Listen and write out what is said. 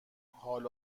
حال